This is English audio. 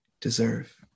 deserve